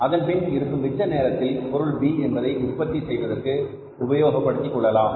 அதன்பின் இருக்கும் மிச்ச நேரத்தில் பொருள் B என்பதை உற்பத்தி செய்வதற்கு உபயோகப்படுத்திக் கொள்ளலாம்